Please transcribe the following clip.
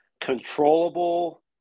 controllable